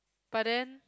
but then